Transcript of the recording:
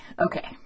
Okay